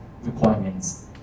requirements